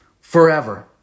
forever